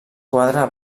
quadre